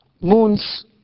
Moons